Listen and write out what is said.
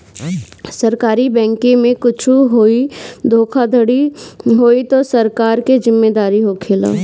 सरकारी बैंके में कुच्छो होई धोखाधड़ी होई तअ सरकार के जिम्मेदारी होखेला